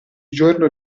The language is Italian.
giorno